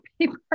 paper